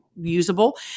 usable